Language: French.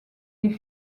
des